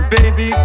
Baby